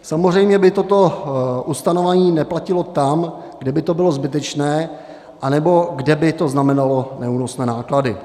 Samozřejmě by toto ustanovení neplatilo tam, kde by to bylo zbytečné nebo kde by to znamenalo neúnosné náklady.